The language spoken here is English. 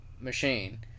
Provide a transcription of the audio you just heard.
machine